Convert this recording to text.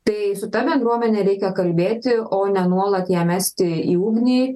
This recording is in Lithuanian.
tai su ta bendruomene reikia kalbėti o ne nuolat ją mesti į ugnį